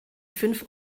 fünf